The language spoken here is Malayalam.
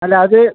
അല്ല അത്